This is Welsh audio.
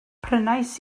prynais